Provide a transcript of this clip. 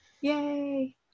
Yay